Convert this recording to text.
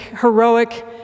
heroic